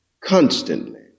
constantly